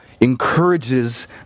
encourages